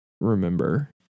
remember